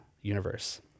universe